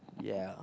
yeah